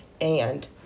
and-